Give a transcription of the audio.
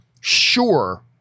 sure